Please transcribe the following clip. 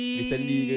recently